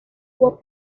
were